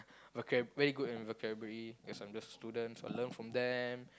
okay very good in vocabulary cause I'm just a student so I learn from them